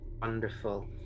Wonderful